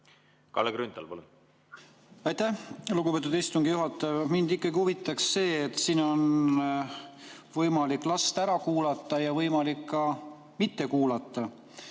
Kalle Grünthal, palun! Aitäh, lugupeetud istungi juhataja! Mind ikkagi huvitaks see, et siin on võimalik last ära kuulata ja võimalik ka mitte kuulata.